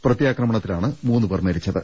പ്രത്യാ ക്രമണത്തിലാണ് മൂന്ന് പേർ മരിച്ചത്